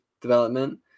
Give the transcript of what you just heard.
development